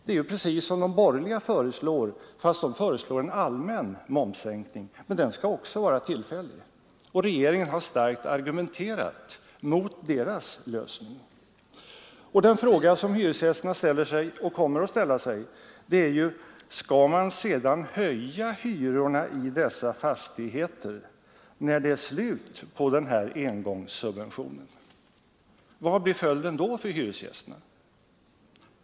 Det är precis vad de borgerliga föreslår fastän de vill ha en allmän momssänkning. Men även denna skall vara tillfällig, och regeringen har starkt argumenterat mot deras lösning. Den fråga som hyresgästerna ställer sig och kommer att ställa sig är: Skall man sedan höja hyrorna i dessa fastigheter när det är slut på den här engångssubventionen? Vad blir då följden för hyresgästerna?